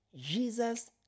Jesus